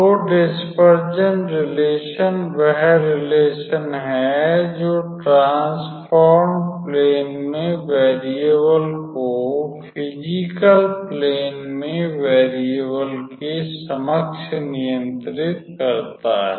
तो dispersion relation वह relation है जो ट्रांसफॉर्म्ड प्लेन में वेरियेवल को फ़िज़िकल प्लेन में वेरियेवल के समक्ष नियंत्रित करता है